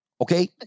Okay